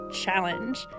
challenge